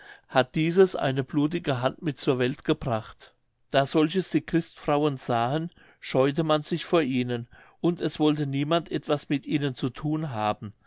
hat dieses eine blutige hand mit zur welt gebracht da solches die christenfrauen sahen scheute man sich vor ihnen und es wollte niemand etwas mit ihnen zu thun haben